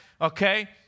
okay